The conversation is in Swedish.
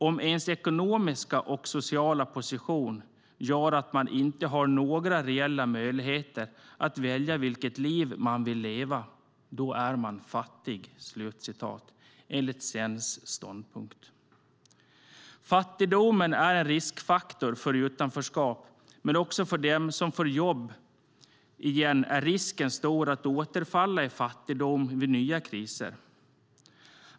"Om ens ekonomiska och sociala position gör att man inte har några reella möjligheter att välja vilket liv man vill leva, då är man fattig" - detta enligt Sens ståndpunkt. Fattigdomen är en riskfaktor när det gäller utanförskap. Men också för dem som får jobb igen är risken stor att återfalla i fattigdom vid nya kriser.